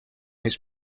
his